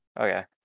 okay